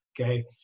Okay